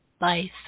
life